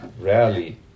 rarely